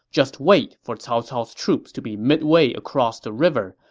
just wait for cao cao's troops to be midway across the river,